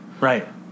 Right